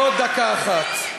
עוד דקה אחת.